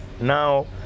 Now